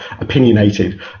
opinionated